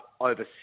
over